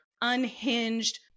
unhinged